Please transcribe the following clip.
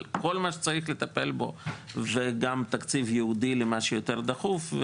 על כל מה שצריך לטפל בו וגם תקציב ייעודי למה שיותר דחוף,